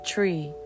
Tree